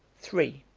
three.